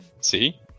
see